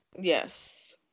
Yes